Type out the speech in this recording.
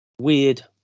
weird